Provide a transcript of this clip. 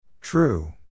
True